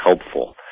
helpful